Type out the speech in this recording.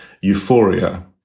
euphoria